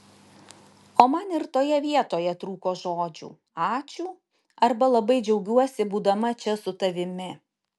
o man ir toje vietoje trūko žodžių ačiū arba labai džiaugiuosi būdama čia su tavimi